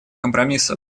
компромиссов